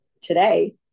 today